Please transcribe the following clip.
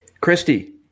Christy